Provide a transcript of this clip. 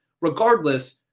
Regardless